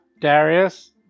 Darius